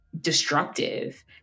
destructive